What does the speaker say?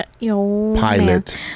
pilot